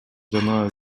жана